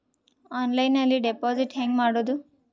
ಆನ್ಲೈನ್ನಲ್ಲಿ ಡೆಪಾಜಿಟ್ ಹೆಂಗ್ ಮಾಡುದು?